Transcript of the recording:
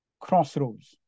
crossroads